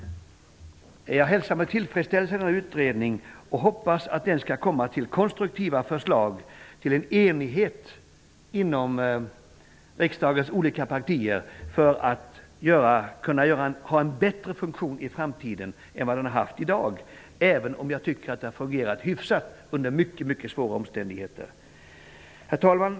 Jag hälsar denna utredning med tillfredsställelse och hoppas att den skall leda till konstruktiva förslag och enighet mellan riksdagens partier, för att arbetsmarknadspolitiken skall kunna ha en bättre funktion i framtiden än vad den har i dag, även om jag tycker att den fungerat hyfsat under mycket mycket svåra omständigheter. Herr talman!